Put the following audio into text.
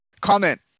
Comment